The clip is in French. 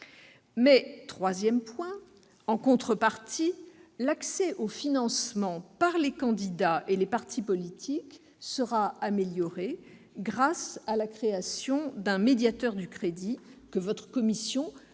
posée. Toutefois, en contrepartie, l'accès au financement par les candidats et partis politiques sera amélioré grâce à la création d'un médiateur du crédit, que votre commission a